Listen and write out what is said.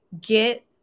get